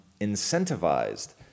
incentivized